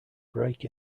break